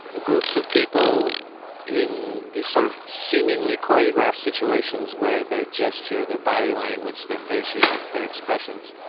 groups of people in these sort of seemingly choreographed situations where their gesture, their body language, their faces, their expressions